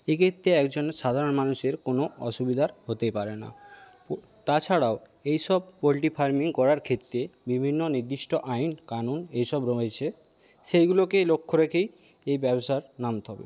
এক্ষেত্রে একজন সাধারণ মানুষের কোন অসুবিধা হতেই পারে না তাছাড়াও এইসব পোলট্রি ফারমিং করার ক্ষেত্রে বিভিন্ন নির্দিষ্ট আইনকানুন এইসব রয়েছে সেইগুলোকেই লক্ষ্য রেখেই এই ব্যবসায় নামতে হবে